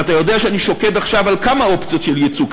ואתה יודע שאני שוקד עכשיו על כמה אופציות של יצוא,